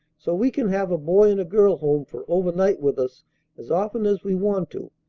so we can have a boy and a girl home for overnight with us as often as we want to.